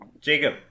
Jacob